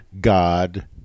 God